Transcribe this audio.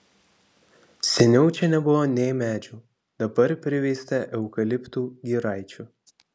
seniau čia nebuvo nė medžių dabar priveista eukaliptų giraičių